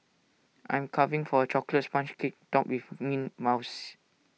I'm craving for A Chocolate Sponge Cake Topped with Mint Mousse